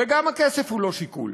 וגם הכסף הוא לא שיקול,